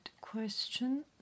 question